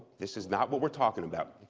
this is not what we're talking about.